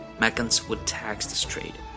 meccans would tax this trade.